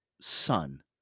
son